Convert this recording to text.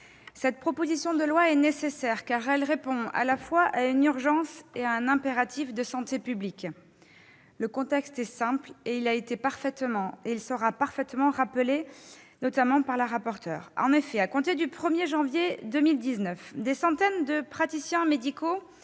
Cette proposition de loi est nécessaire, car elle répond à la fois à une urgence et à un impératif de santé publique. Le contexte est simple, et il sera certainement évoqué par la rapporteur : à compter du 1 janvier 2019, des centaines de praticiens médicaux